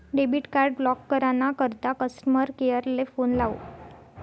debit card block करा ना करता कस्टमर केअर ले फोन लावो